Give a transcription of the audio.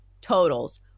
totals